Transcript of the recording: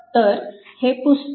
तर हे पुसतो